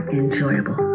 enjoyable